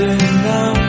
now